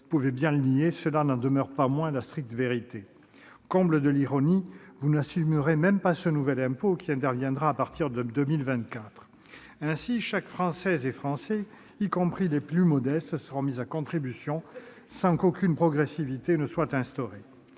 Vous pouvez bien le nier, cela n'en demeure pas moins la stricte vérité. Comble de l'ironie, vous n'assumerez même pas ce nouvel impôt, qui interviendra à partir de 2024. Ainsi, chaque Français, y compris parmi les plus modestes, sera mis à contribution sans qu'aucune progressivité soit prévue.